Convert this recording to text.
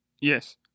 Yes